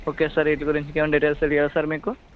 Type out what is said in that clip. okay sir వీటి గురించి ఇంకేమైనా డీటెయిల్స్ తెలియాలా సార్ మీకు